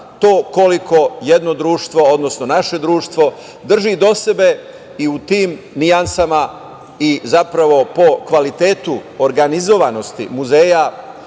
koliko jedno društvo, odnosno naše društvo drži do sebe i u tim nijansama i zapravo po kvalitetu organizovanosti muzeja,